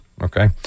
Okay